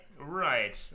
Right